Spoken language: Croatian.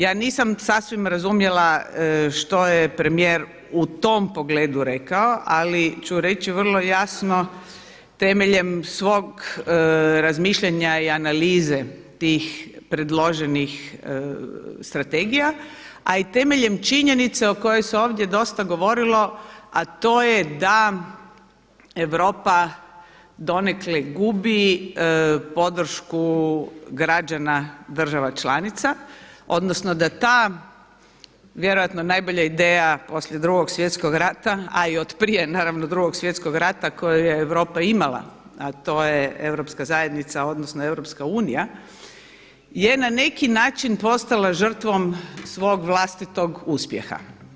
Ja nisam sasvim razumjela što je premijer u tom pogledu rekao ali ću reći vrlo jasno temeljem svog razmišljanja i analize tih predloženih strategija a i temeljem činjenice o kojoj se ovdje dosta govorilo a to je da Europa donekle gubi podršku građana država članica odnosno da ta vjerojatno najbolja ideja poslije Drugog svjetskog rata a i otprije naravno Drugog svjetskog rata kojeg je Europa imala a to je Europska zajednica odnosno Europska Unija je na neki način postala žrtvom svog vlastitog uspjeha.